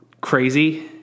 crazy